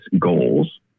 goals